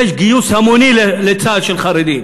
יש גיוס המוני לצה"ל של חרדים.